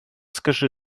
скажи